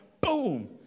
boom